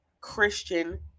Christian